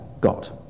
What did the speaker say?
got